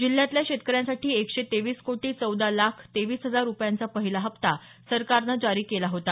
जिल्ह्यातल्या शेतकऱ्यांसाठी एकशे तेवीस कोटी चौदा लाख तेवीस हजार रुपयांचा पहिला हप्ता सरकारनं जारी केला होता